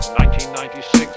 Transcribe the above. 1996